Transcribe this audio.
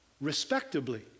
respectably